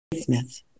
Smith